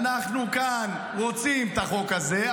אנחנו כאן רוצים את החוק הזה,